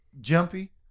jumpy